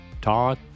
Todd